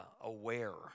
aware